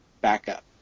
backup